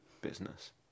business